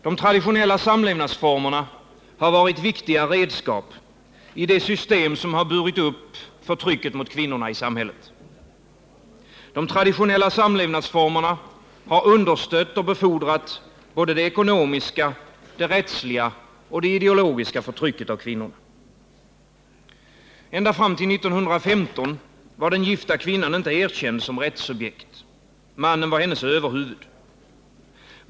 De traditionella samlevnadsformerna har varit viktiga redskap i det system som burit upp förtrycket mot kvinnorna i samhället. De traditionella samlevnadsformerna har understött och befordrat såväl det ekonomiska, det rättsliga som det ideologiska förtrycket av kvinnorna. Ända fram till 1915 var den gifta kvinnan inte erkänd som rättssubjekt. Mannen var hennes överhuvud.